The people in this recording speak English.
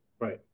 Right